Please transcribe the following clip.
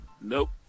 Nope